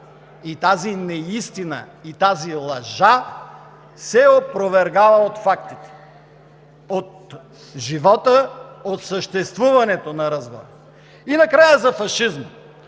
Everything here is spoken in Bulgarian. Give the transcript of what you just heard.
И тази неистина, и тази лъжа се опровергава от фактите, от живота, от съществуването на развоя... И накрая – за фашизма.